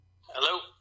hello